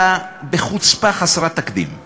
הוא עשה את אותו תרגיל של "צוק איתן" השאיר אותנו שם.